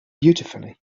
beautifully